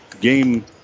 game